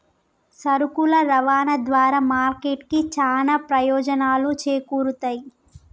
సరుకుల రవాణా ద్వారా మార్కెట్ కి చానా ప్రయోజనాలు చేకూరుతయ్